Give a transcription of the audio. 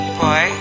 boy